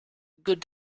good